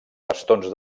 bastons